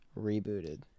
rebooted